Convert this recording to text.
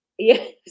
Yes